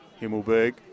Himmelberg